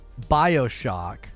Bioshock